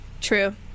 True